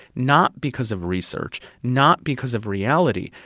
not because of research, not because of reality,